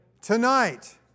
Tonight